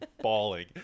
bawling